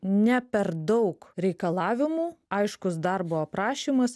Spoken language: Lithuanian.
ne per daug reikalavimų aiškus darbo aprašymas